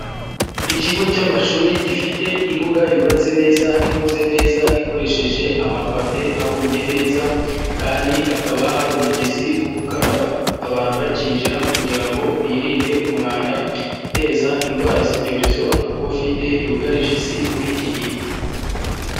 Ikigo cy'amashuri gifite imbuga yubatse neza, ikoze neza ikoresheje amapave abumbye neza kandi hakaba hari umugezi wo gukaraba abantu bakinjira kugira ngo birinde umwanda uteza indwara z'ibyorezo nka Covid yugarije isi muri iki gihe.